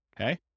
okay